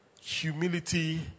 humility